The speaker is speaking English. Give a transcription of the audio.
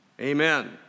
Amen